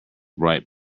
bright